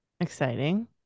Exciting